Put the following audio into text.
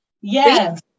Yes